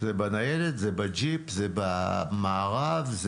זה בניידת; זה בג'יפ; זה במארב.